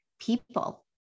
people